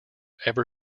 ever